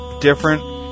different